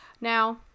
Now